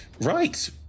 Right